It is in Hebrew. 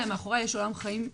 אלא מאחוריה יש עולם שלם.